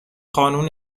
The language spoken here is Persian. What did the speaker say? قانون